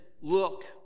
Look